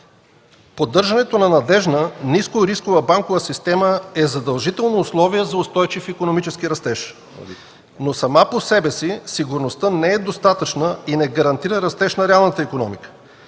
Поддържането на надеждна, нискорискова банкова система, е задължително условие за устойчив икономически растеж, но сама по себе си сигурността не е достатъчна и не гарантира растеж на реалната икономика.